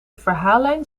verhaallijn